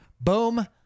Boom